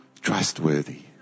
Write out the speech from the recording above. Trustworthy